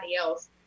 else